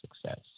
success